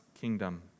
kingdom